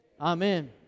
Amen